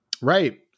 right